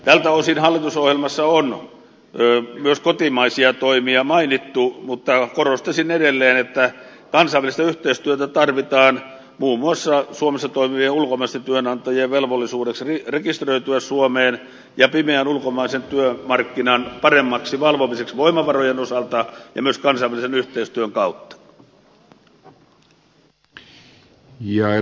tältä osin hallitusohjelmassa on myös kotimaisia toimia mainittu mutta korostaisin edelleen että kansainvälistä yhteistyötä tarvitaan muun muassa edistämään suomessa toimivien ulkomaisten työnantajien velvollisuutta rekisteröityä suomeen ja pimeän ulkomaisen työmarkkinan paremmaksi valvomiseksi voimavarojen osalta ja myös kansainvälisen yhteistyön kautta